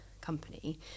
company